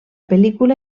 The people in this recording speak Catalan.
pel·lícula